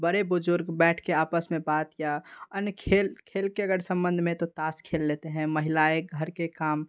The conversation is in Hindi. बड़े बुज़ुर्ग बैठ के आपस में बात या अन्य खेल खेल के अगर संबंध में है तो ताश खेल लेते हैं महिलाएँ घर के काम